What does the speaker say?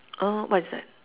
oh what is that